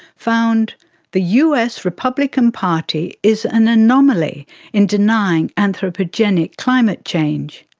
found the us republican party is an anomaly in denying anthropogenic climate change.